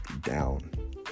down